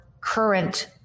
current